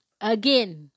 again